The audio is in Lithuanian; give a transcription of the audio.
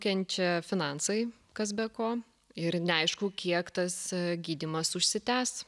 kenčia finansai kas be ko ir neaišku kiek tas gydymas užsitęs